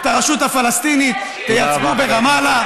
את הרשות הפלסטינית תייצגו ברמאללה,